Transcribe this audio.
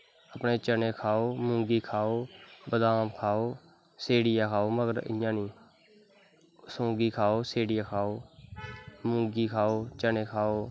चनें खाओ मुंगी खाओ बदाम खाओ मगर स्हेड़ियै खाओ इयां नेंई सौंगी खाओ स्हेड़ियां खाओ मुंगी खाओ चनें खाओ